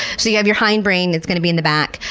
so you have your hindbrain, it's going to be in the back,